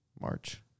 March